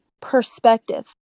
perspective